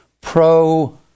pro